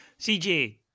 CJ